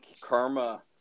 karma